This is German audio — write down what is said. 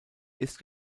ist